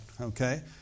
Okay